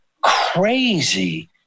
crazy